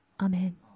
Amen